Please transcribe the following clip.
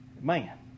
man